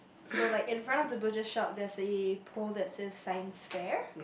so like in front of the butcher shop there's a pole that says science fair